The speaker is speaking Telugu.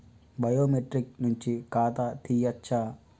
బయోమెట్రిక్ నుంచి ఖాతా తీయచ్చా?